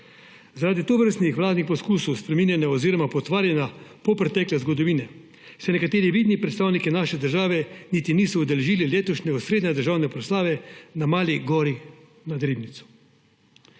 Zaradi tovrstnih vladnih poskusov spreminjanja oziroma potvarjanja polpretekle zgodovine se nekateri vidni predstavniki naše države niti niso udeležili letošnje osrednje državne proslave na Mali gori nad Ribnico.